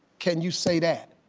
can you say that?